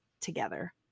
together